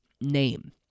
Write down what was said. name